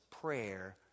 prayer